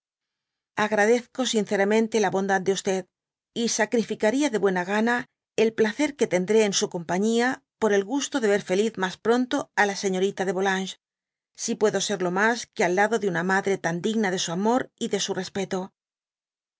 agradezco sinceramente la bondad de y sacrificaría de buena gana él placer que tendré en su compañía por el gusto de ver feliz mas pronto á la seño rita de yolanges si puede serlo mas que al lado de una madre tan digna de su amor y de su respeto